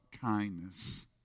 kindness